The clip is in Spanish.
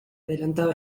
adelantaba